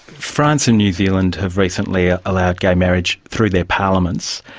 france and new zealand have recently ah allowed gay marriage through their parliaments,